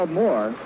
more